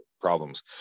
problems